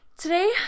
Today